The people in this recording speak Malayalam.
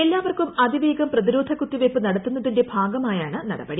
എല്ലാവർക്കും അതിവേഗം പ്രതിരോധ കുത്തിവയ്പ്പ് നടത്തുന്നതിന്റെ ഭാഗമായാണ് നടപടി